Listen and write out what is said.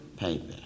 paper